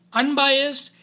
unbiased